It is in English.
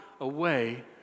away